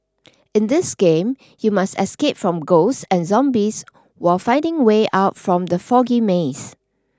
in this game you must escape from ghosts and zombies while finding way out from the foggy maze